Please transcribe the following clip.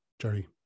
Jerry